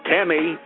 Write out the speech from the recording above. Tammy